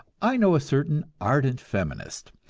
i know a certain ardent feminist,